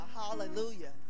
Hallelujah